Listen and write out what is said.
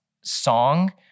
song